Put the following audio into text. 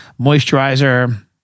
moisturizer